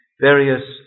various